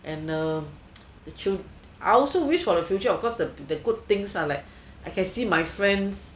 and uh the truth I also wish for the future of course the good things like I can see my friends